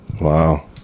Wow